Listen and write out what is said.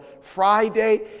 Friday